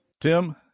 tim